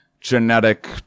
genetic